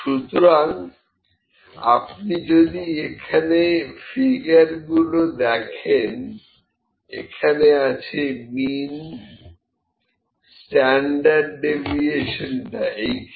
সুতরাং আপনি যদি এখানে ফিগার গুলো দেখেন এখানে আছে মিন স্ট্যান্ডার্ড ডেভিয়েশন টা এখানে